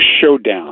showdown